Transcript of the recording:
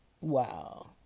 wow